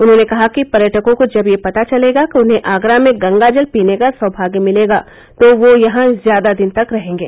उन्होंने कहा कि पर्यटकों को जब यह पता चलेगा कि उन्हें आगरा में गंगा जल पीने का सौमाग्य मिलेगा तो वह यहां ज्यादा दिन तक रहेंगे